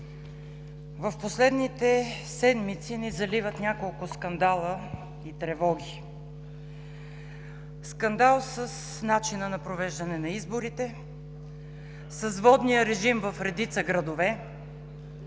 В последните седмици ни заливат няколко скандала и тревоги: скандал с начина на провеждане на изборите; с водния режим в редица градове;